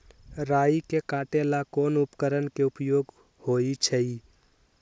राई के काटे ला कोंन उपकरण के उपयोग होइ छई?